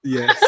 Yes